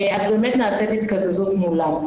אז באמת נעשית התקזזות מולם.